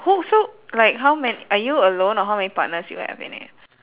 who so like how ma~ are you alone or how many partners you have in it